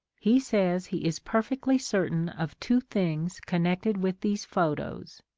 he says he is perfectly certain of two things connected with these photos,